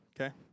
Okay